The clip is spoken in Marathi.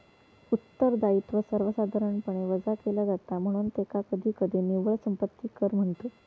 उत्तरदायित्व सर्वसाधारणपणे वजा केला जाता, म्हणून त्याका कधीकधी निव्वळ संपत्ती कर म्हणतत